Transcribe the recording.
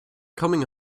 coming